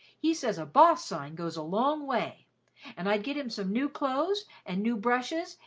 he says a boss sign goes a long way and i'd get him some new clothes and new brushes,